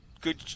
good